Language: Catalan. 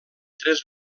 tres